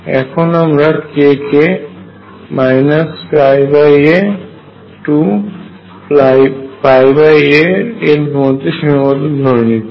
এখন আমরা k কে a toa এর মধ্যে সীমাবদ্ধ ধরে নিচ্ছি